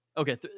Okay